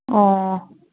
ꯑꯣ